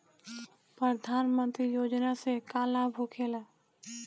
प्रधानमंत्री योजना से का लाभ होखेला?